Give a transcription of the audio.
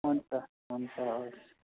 हुन्छ हुन्छ हवस्